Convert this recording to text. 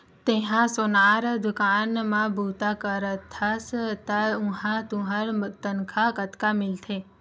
तेंहा सोनार दुकान म बूता करथस त उहां तुंहर तनखा कतका मिलथे?